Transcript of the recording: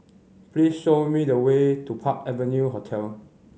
please show me the way to Park Avenue Hotel